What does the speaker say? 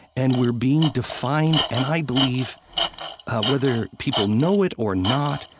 and we're being defined, and i believe whether people know it or not,